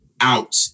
out